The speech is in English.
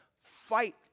fight